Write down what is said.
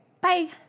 Bye